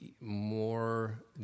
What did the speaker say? more